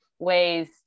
ways